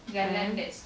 mm